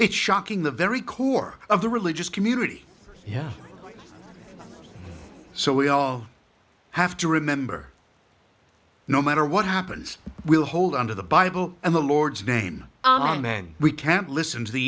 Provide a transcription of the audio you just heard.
it's shocking the very core of the religious community yeah so we all have to remember no matter what happens we'll hold on to the bible and the lord's name amen we can't listen to the